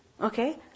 okay